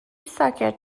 ساکت